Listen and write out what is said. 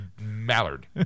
Mallard